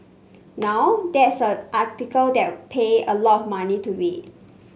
now that's an article I would pay a lot of money to read